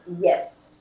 Yes